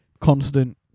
constant